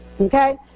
Okay